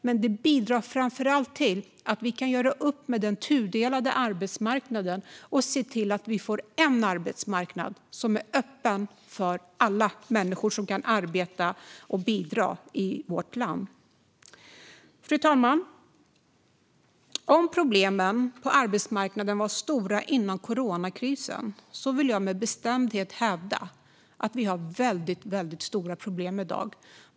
Men det bidrar framför allt till att vi kan göra upp med den tudelade arbetsmarknaden och se till att vi får en arbetsmarknad som är öppen för alla människor som kan arbeta och bidra i vårt land. Fru talman! Om problemen på arbetsmarknaden var stora före coronakrisen vill jag med bestämdhet hävda att vi har väldigt stora problem i dag.